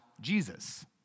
Jesus